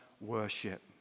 worship